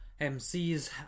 MCs